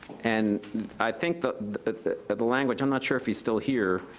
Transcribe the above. and i think that the language, i'm not sure if he's still here,